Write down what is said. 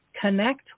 connect